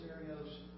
scenarios